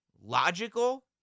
logical